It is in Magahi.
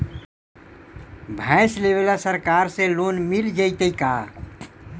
भैंस लेबे ल सरकार से लोन मिल जइतै का?